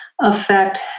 affect